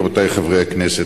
רבותי חברי הכנסת,